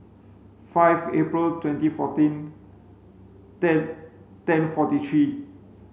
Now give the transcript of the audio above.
five April twenty fourteen ten ten forty three